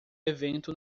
evento